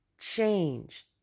change